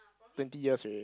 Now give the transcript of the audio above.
twenty years already